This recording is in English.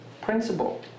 principle